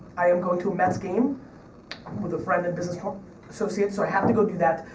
i am going to a mets game with a friend and business um associate, so i have to go do that.